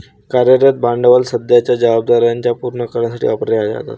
कार्यरत भांडवल सध्याच्या जबाबदार्या पूर्ण करण्यासाठी वापरले जाते